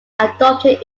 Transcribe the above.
adopted